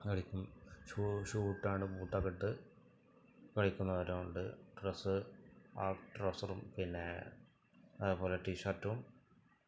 കളിക്കും ഷൂ ഇട്ടാണ്ട് ബൂട്ടൊക്കെയിട്ട് കളിക്കുന്നവരുമുണ്ട് ഡ്രെസ്സ് ഹാഫ് ട്രൗസറും പിന്നേ അതേപോലെ ടീഷർട്ടും